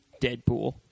Deadpool